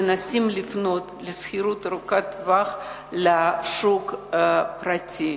מנסים לבנות שכירות ארוכת טווח לשוק הפרטי,